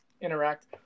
Interact